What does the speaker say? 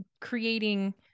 creating